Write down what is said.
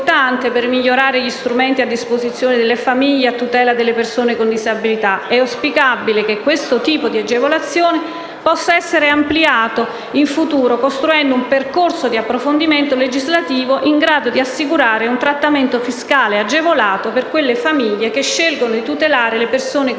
ed importante per migliorare gli strumenti a disposizione delle famiglie a tutela delle persone con disabilità. È auspicabile che questo tipo di agevolazione possa essere ampliato in futuro, costruendo un percorso di approfondimento legislativo in grado di assicurare un trattamento fiscale agevolato per quelle famiglie che scelgono di tutelare le persone con disabilità